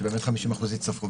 ש-50% הצטרפו,